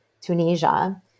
Tunisia